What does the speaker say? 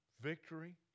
victory